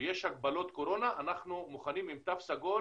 ויש הגבלות קורונה, אנחנו מוכנים עם תו סגול